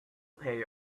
pay